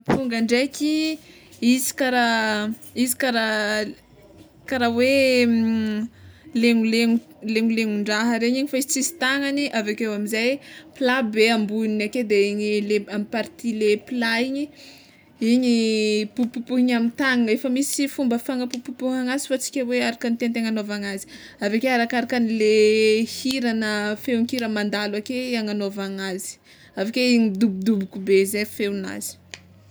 Amponga ndraiky izy kara, izy kara kara hoe lemolemo lemolemondraha regny fa izy tsisy tagnagny, avekeo amizay plat be amboniny ake de igny le amy party le plat igny igny popopopohiny amy tagnagna efa misy fomba fanapopopohana azy fa tsy ke hoe araka ny tiantegna hanaovana azy, aveke arakarakanle hira na feonkira mandalo ake agnanaovana azy aveke igny midobodoboky be zay feonazy.